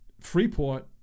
Freeport